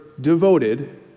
devoted